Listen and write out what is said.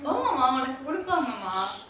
உனக்கு வாங்கணுமா:unakku vaanganumaa